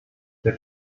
der